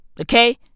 Okay